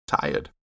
tired